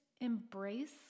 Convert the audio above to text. embrace